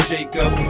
Jacob